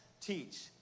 teach